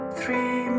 three